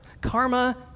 Karma